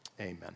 Amen